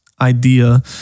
idea